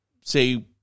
say